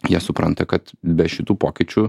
jie supranta kad be šitų pokyčių